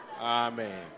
Amen